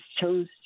chose